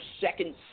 second